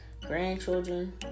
grandchildren